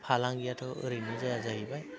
फालांगियाथ' ओरैनो जाया जाहैबाय